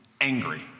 angry